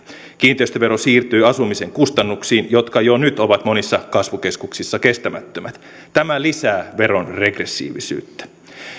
kiinteistövero siirtyy asumisen kustannuksiin jotka jo nyt ovat monissa kasvukeskuksissa kestämättömät tämä lisää veron regressiivisyyttä